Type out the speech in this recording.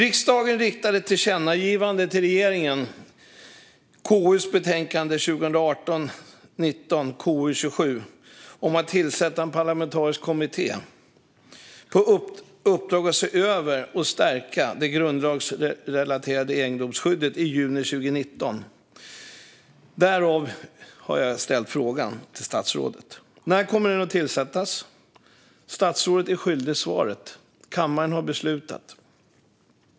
I juni 2019 riktade riksdagen, i KU:s betänkande 2018/19:KU27, ett tillkännagivande till regeringen om att tillsätta en parlamentarisk kommitté med uppdrag att se över och stärka det grundlagsrelaterade egendomsskyddet, därav min fråga till statsrådet. När kommer den att tillsättas? Statsrådet blir svaret skyldig. Kammaren har beslutat.